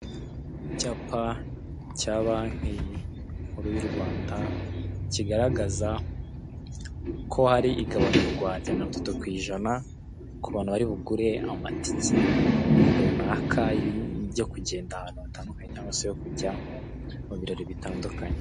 Icyapa cya banke nkuru y'u Rwanda, kigaragaza ko hari igabanurwa rya mirongo itatu kw'ijana, ku bantu bari bugure amatike runaka, yo kugenda ahantu hatandukanye cyangwa se yo kujya mu birori bitandukanye.